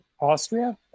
Austria